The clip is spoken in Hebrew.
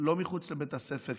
מחוץ לבית הספר,